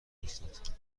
افتاد